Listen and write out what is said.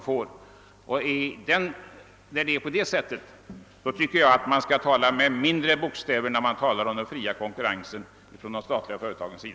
När det förhåller sig på det här sättet tycker jag att man från de statliga företagens sida inte borde tala med så stora ord om den fria konkurrensen.